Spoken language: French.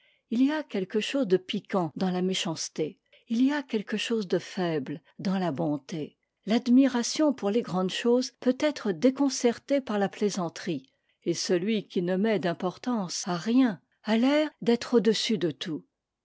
h y a quelque chose de piquant dans la méchanceté il y a quelque chose de faible dans la bonté l'admiration pour le grandes choses peut être déconcertée par la plaisanterie et celui qui ne met d'importance à rien a l'air d'être au-dessus de tout